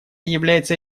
является